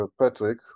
Patrick